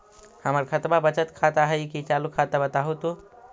हमर खतबा बचत खाता हइ कि चालु खाता, बताहु तो?